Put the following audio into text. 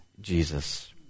Jesus